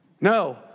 No